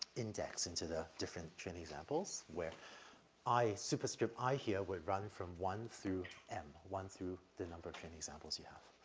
index into the different training examples where i superscript i here would run from one through m, one through the number of training examples you have.